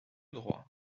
droit